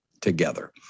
together